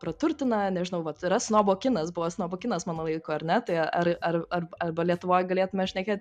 praturtina nežinau vat yra snobo kinas buvo snobų kinas mano laiko ar ne tai ar ar ar arba lietuvoj galėtume šnekėt